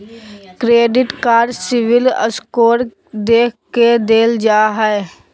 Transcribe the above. credit card CIBIL score देख के देल जा हइ